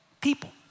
people